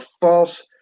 false